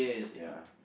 ya